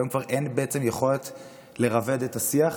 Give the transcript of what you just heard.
היום כבר אין יכולת לרבד את השיח.